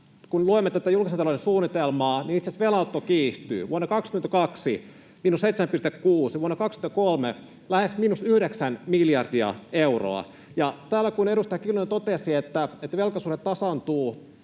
kun luemme tätä julkisen talouden suunnitelmaa, niin itse asiassa velanotto kiihtyy: vuonna 22 miinus 7,6, vuonna 23 miinus lähes 9 miljardia euroa. Ja kun täällä edustaja Kiljunen totesi, että velkasuhde tasaantuu